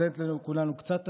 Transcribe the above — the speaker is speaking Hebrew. נותנת לכולנו קצת אוויר,